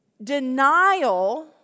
denial